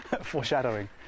Foreshadowing